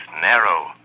narrow